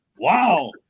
Wow